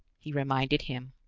he reminded him,